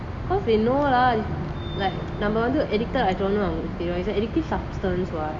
cause the know lah like நம்ம வந்து:namma vanthu addicted ஆயிட்டோம்னு தெரியும்:aayetomnu teriyum it's a addictive substance [what]